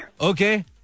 Okay